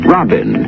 Robin